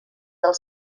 del